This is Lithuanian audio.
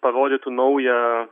parodytų naują